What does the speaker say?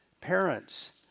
parents